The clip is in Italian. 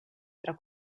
tra